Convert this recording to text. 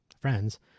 friends